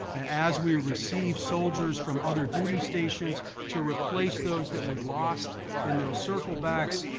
as we receive soldiers from other duty stations to replace those that we lost in those circle backs,